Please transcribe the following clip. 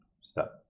step